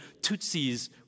Tutsis